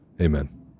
Amen